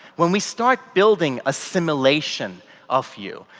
when we start building a simulation of you.